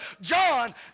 John